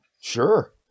Sure